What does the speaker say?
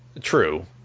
True